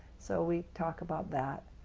so we talk about that.